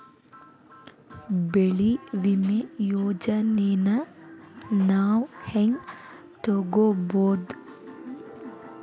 ಬೆಳಿ ವಿಮೆ ಯೋಜನೆನ ನಾವ್ ಹೆಂಗ್ ತೊಗೊಬೋದ್?